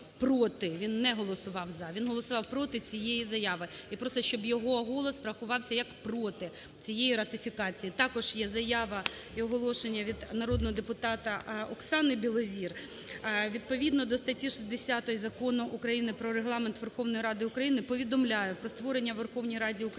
він не голосував "за", він голосувати проти цієї заяви, і просто щоб його голос врахувався як проти цієї ратифікації. Також є заява і оголошення від народного депутата Оксани Білозір. Відповідно до статті 60 Закону України "Про Регламент Верховної Ради України" повідомляю про створення у Верховній Раді України